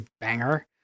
banger